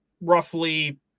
roughly